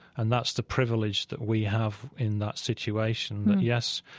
and that's the privilege that we have in that situation. yes,